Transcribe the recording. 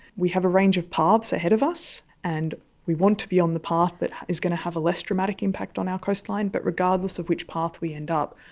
we have a range of paths ahead of us and we want to be on the path that is going to have a less dramatic impact on our coastline, but regardless of which path we end up